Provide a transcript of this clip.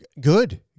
Good